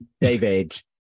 David